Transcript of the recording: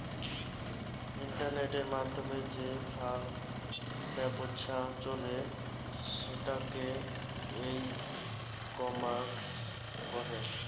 ইন্টারনেটের মাধ্যমে যে ফাল ব্যপছা চলে সেটোকে ই কমার্স কহে